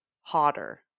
hotter